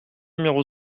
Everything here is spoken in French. numéro